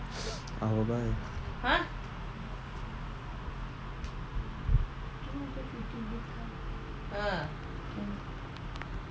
I will buy